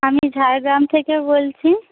আমি ঝাড়গ্রাম থেকে বলছি